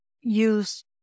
use